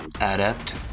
Adept